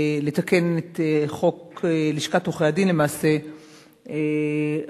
לתקן את חוק לשכת עורכי-הדין למעשה רטרואקטיבית.